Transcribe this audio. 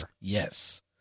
Yes